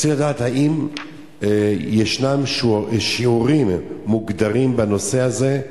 רציתי לדעת האם ישנם שיעורים מוגדרים בנושא הזה,